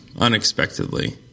unexpectedly